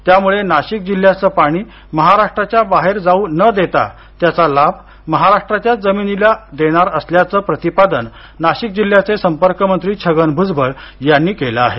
त्यामुळे नाशिक जिल्ह्याचं पाणी महाराष्ट्राच्या बाहेर जावू न देता त्याचा लाभ महाराष्ट्राच्याच जमिनीला देणार असल्याचं प्रतिपादन नाशिक जिल्ह्याचे संपर्क मंत्री छगन भुजबळ यांनी केलं आहे